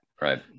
Right